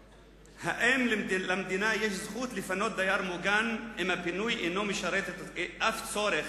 האם למדינה יש זכות לפנות דייר מוגן אם הפינוי אינו משרת שום צורך